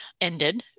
ended